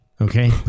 okay